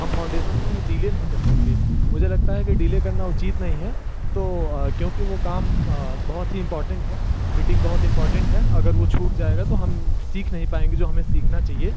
हम फाउंडेसन में डिले नहीं कर सकते मुझे लगता है कि डिले करना उचित नहीं है तो क्योंकि वह काम बहुत ही इंपॉर्टेंट है मीटिंग बहुत इंपॉर्टेंट है अगर वह छूट जाएगा तो हम सीख नहीं पाएंगे जो हमें सीखना चाहिए